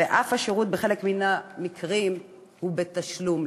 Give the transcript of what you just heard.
וגם השירות בחלק מן המקרים הוא בתשלום,